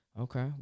okay